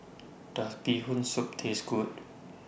Does Bee Hoon Soup Taste Good